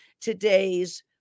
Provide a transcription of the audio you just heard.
today's